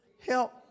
help